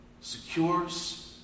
secures